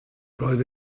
roedd